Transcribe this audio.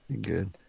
good